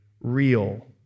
real